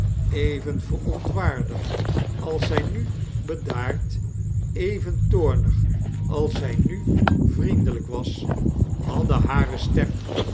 even verontwaardigd als zij nu bedaard even toornig als zij nu vriendelijk was hadde hare stem